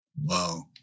Wow